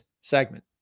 segment